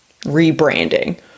rebranding